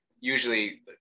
usually